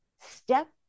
step